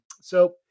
So-